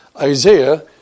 Isaiah